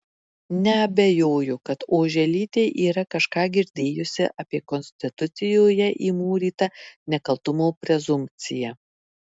neabejoju kad oželytė yra kažką girdėjusi apie konstitucijoje įmūrytą nekaltumo prezumpciją